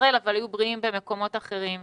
ישראל אבל היו בריאים במקומות אחרים.